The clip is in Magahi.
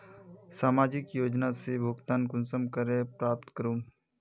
सामाजिक योजना से भुगतान कुंसम करे प्राप्त करूम?